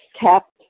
kept